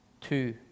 two